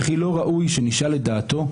וכי לא ראוי שנשאל את דעתו?